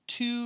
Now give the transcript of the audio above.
Two